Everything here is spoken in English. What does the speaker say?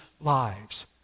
lives